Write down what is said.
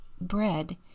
Bread